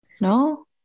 No